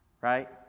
Right